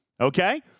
Okay